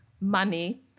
money